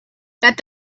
that